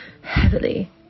heavily